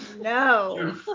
No